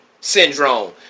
syndrome